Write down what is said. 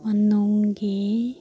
ꯃꯅꯨꯡꯒꯤ